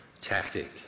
tactic